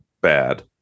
bad